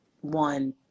one